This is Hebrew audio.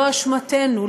לא אשמתנו,